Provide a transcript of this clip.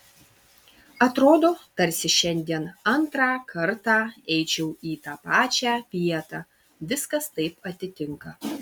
atrodo tarsi šiandien antrą kartą eičiau į tą pačią vietą viskas taip atitinka